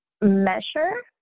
measure